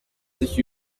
sich